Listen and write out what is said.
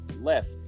left